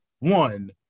one